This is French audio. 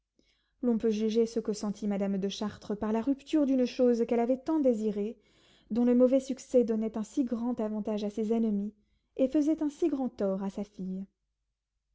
l'on peut juger ce que sentit madame de chartres par la rupture d'une chose qu'elle avait tant désirée dont le mauvais succès donnait un si grand avantage à ses ennemis et faisait un si grand tort à sa fille